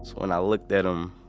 when i looked at him,